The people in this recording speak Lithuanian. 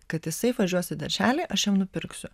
kad jisai važiuos į darželį aš jam nupirksiu